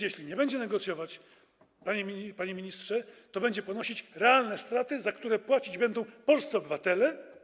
Jeśli nie będzie negocjować, panie ministrze, to będzie ponosić realne straty, za które płacić będą polscy obywatele.